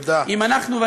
אם אנחנו, תודה.